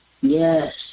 Yes